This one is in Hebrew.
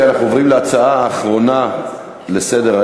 אנחנו עוברים להצעה האחרונה לסדר-היום,